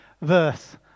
verse